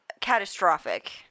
catastrophic